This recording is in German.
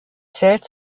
zählt